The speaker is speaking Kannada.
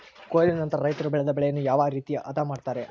ಕೊಯ್ಲು ನಂತರ ರೈತರು ಬೆಳೆದ ಬೆಳೆಯನ್ನು ಯಾವ ರೇತಿ ಆದ ಮಾಡ್ತಾರೆ?